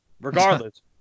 regardless